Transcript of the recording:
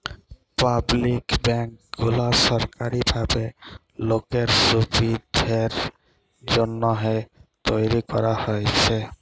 public bank গুলা সরকারি ভাবে লোকের সুবিধের জন্যহে তৈরী করাক হয়েছে